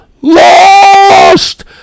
lost